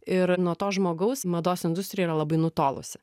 ir nuo to žmogaus mados industrija yra labai nutolusi